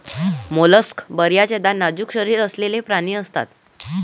mollusc बर्याचदा नाजूक शरीर असलेले प्राणी असतात